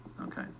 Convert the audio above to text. okay